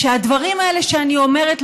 שהדברים האלה שאני אומרת,